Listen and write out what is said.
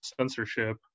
censorship